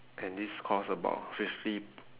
and this costs about fifty